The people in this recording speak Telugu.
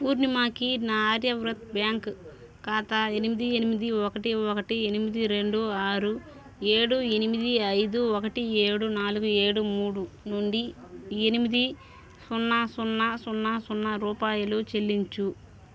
పూర్ణిమాకి నా ఆర్యవ్రత్ బ్యాంక్ ఖాతా ఎనిమిది ఎనిమిది ఒకటి ఒకటి ఎనిమిది రెండు ఆరు ఏడు ఎనిమిది ఐదు ఒకటి ఏడు నాలుగు ఏడు మూడు నుండి ఎనిమిది సున్నా సున్నా సున్నా సున్నా రూపాయలు చెల్లించు